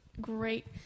great